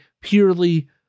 purely